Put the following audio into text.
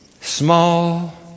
small